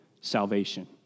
salvation